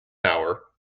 hour